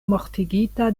mortigita